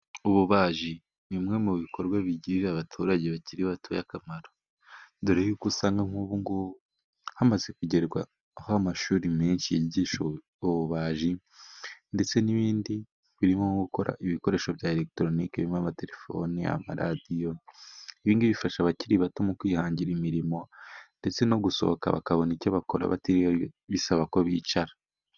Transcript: Ububaji ni kimwe mu bikorwa bigirira abaturage bakiri batoya akamaro. Dore y'uko usanga nk'ubu ngubu hamaze kugerwaho amashuri menshi yigisha ububaji, ndetse n'ibindi birimo nko gukora ibikoresho bya eregitoronike birimo, amaterefoni, amaradiyo. Ibi ngibi bifasha abakiri bato mu kwihangira imirimo ndetse no gusohoka bakabona icyo bakora batiriwe bisaba ko bicara.